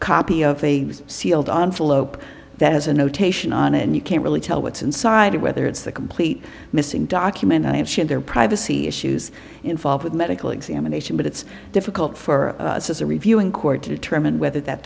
copy of a sealed envelope that has a notation on it and you can't really tell what's inside it whether it's the complete missing document i have shared their privacy issues involved with medical examination but it's difficult for us as a reviewing court to determine whether that